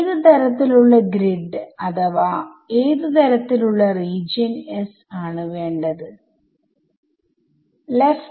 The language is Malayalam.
ഏത് തരത്തിൽ ഉള്ള ഗ്രിഡ് അഥവാ ഏത് തരത്തിൽ ഉള്ള റീജിയൻ S ആണ് വേണ്ടത്